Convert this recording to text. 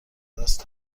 دست